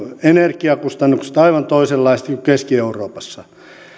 energiakustannukset aivan toisenlaiset kuin keski euroopassa